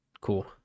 Cool